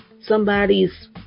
Somebody's